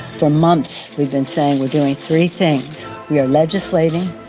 for months we've been saying we're doing three things. we are legislating.